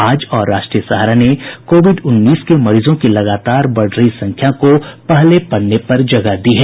आज और राष्ट्रीय सहारा ने कोविड उन्नीस के मरीजों की लगातार बढ़ रही संख्या को पहले पन्ने पर जगह दी है